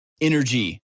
energy